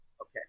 Okay